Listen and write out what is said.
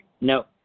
No